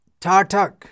tartak